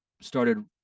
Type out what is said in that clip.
started